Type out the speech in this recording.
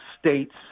states